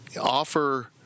offer